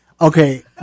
Okay